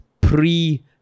pre